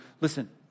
Listen